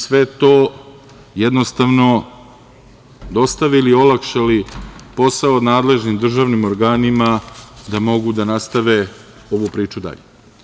Sve to jednostavno dostavili i olakšali posao nadležnim državnim organima da mogu da nastave ovu priču dalje.